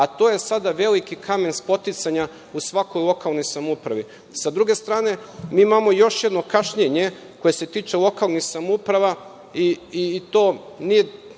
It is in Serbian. a to je sada veliki kamen spoticanja u svakoj lokalnoj samoupravi. Sa druge strane, mi imamo još jedno kašnjenje koje se tiče lokalnih samouprava i to nije